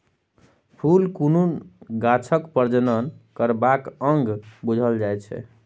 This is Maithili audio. फुल कुनु गाछक प्रजनन करबाक अंग बुझल जाइ छै